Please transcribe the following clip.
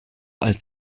als